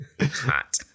Hot